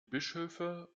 bischöfe